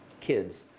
kids